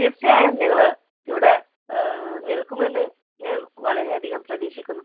തീർച്ചയായും നിങ്ങൾ ഇവിടെ നിൽക്കുമെന്ന് ഞാൻ വളരെയധികം പ്രതീക്ഷിക്കുന്നു